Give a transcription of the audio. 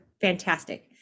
fantastic